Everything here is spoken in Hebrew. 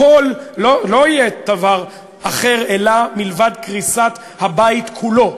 הכול, לא יהיה דבר אחר מלבד קריסת הבית כולו.